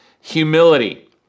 humility